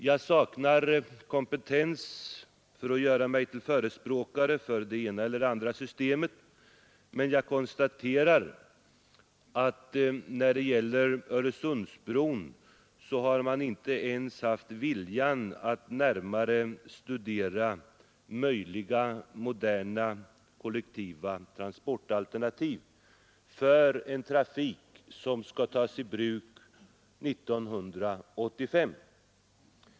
Jag saknar kompetens för att göra mig till förespråkare för det ena eller andra systemet — men jag konstaterar att man när det gäller Öresundsbron inte ens haft viljan att närmare studera möjliga moderna kollektiva transportalternativ för en trafik som skall tas i bruk 1985.